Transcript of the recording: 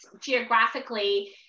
geographically